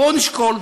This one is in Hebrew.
בואו נשקול.